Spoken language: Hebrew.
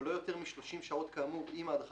או לא יותר משלושים שעות כאמור אם ההדרכה